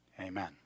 amen